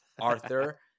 Arthur